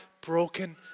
broken